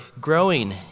growing